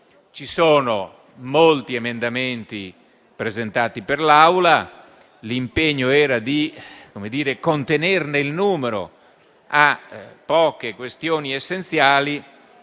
sono stati gli emendamenti presentati per l'Assemblea. L'impegno era di contenerne il numero a poche questioni essenziali: